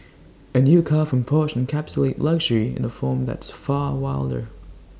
A new car from Porsche encapsulates luxury in A form that's far wilder